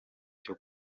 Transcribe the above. cyo